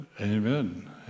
amen